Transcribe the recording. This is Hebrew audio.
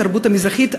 התרבות המזרחית,